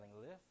lift